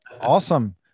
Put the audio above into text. awesome